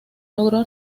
logró